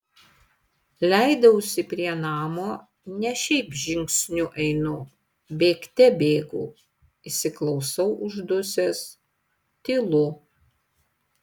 leidausi prie namo ne šiaip žingsniu einu bėgte bėgu įsiklausau uždusęs tylu